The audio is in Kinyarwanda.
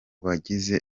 bagize